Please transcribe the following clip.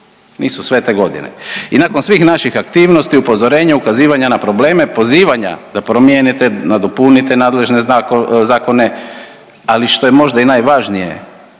Nisu sve te godine. I nakon svih naših aktivnosti, upozorenja, ukazivanja na probleme pozivanja da promijene, nadopuni te nadležne zakone. Ali što je možda i najvažnije